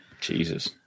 jesus